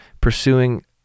pursuing